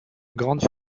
grande